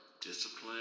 discipline